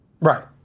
Right